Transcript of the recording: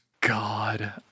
God